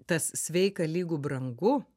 tas sveika lygu brangu